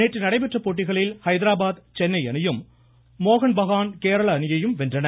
நேற்று நடைபெற்ற போட்டிகளில் ஹைதராபாத் சென்னை அணியையும் மோஹன் பகான் கேரள அணியையும் வென்றன